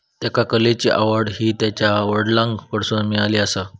त्येका कलेची आवड हि त्यांच्या वडलांकडसून मिळाली आसा